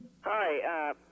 Hi